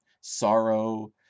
sorrow